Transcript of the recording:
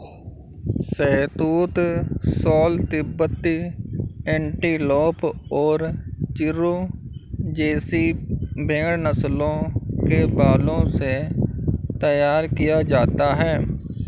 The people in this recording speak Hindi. शहतूश शॉल तिब्बती एंटीलोप और चिरु जैसी भेड़ नस्लों के बालों से तैयार किया जाता है